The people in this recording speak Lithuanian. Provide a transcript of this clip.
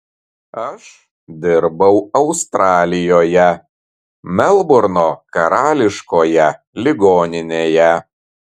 aš dirbau australijoje melburno karališkoje ligoninėje